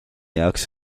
jaoks